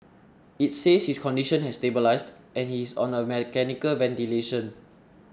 it says his condition has stabilised and he is on mechanical ventilation